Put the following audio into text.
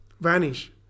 vanish